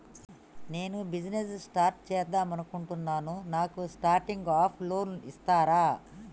నేను business start చేద్దామనుకుంటున్నాను నాకు స్టార్టింగ్ అప్ లోన్ ఇస్తారా?